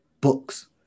books